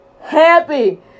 happy